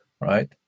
Right